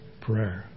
prayer